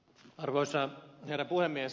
arvoisa herra puhemies